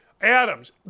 Adams